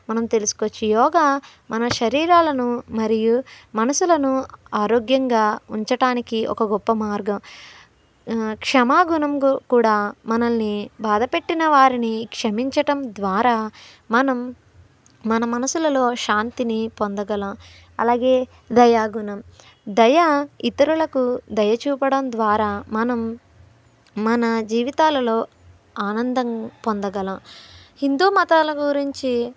మనం తెలుసుకోవచ్చు యోగా మన శరీరాలను మరియు మనసులను ఆరోగ్యంగా ఉంచటానికి ఒక గొప్ప మార్గం క్షమాగుణంకి కూడా మనలని బాధ పెట్టిన వారిని క్షమించటం ద్వారా మనం మన మనసులలో శాంతిని పొందగలము అలాగే దయాగుణం దయ ఇతరులకు దయ చూపటం ద్వారా మనం మన జీవితాలలో ఆనందం పొందగలం హిందూ మతాల గురించి